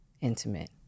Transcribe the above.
intimate